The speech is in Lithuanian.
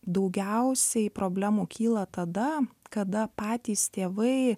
daugiausiai problemų kyla tada kada patys tėvai